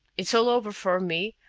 it's all over for me,